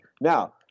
Now